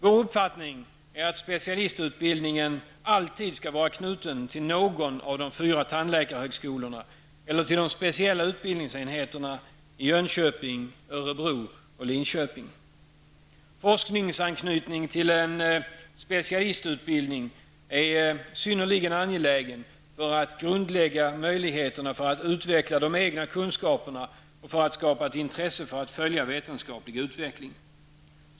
Vår uppfattning är att specialistutbildningen alltid skall vara knuten till någon av de fyra tandläkarhögskolorna eller till de speciella utbildningsenheterna i Jönköping, Örebro och Forskningsanknytning till en specialistutbildning är synnerligen angelägen för att grundlägga möjligheterna för att utveckla de egna kunskaperna och för att skapa ett intresse för att följa vetenskaplig utveckling.